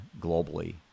globally